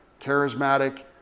charismatic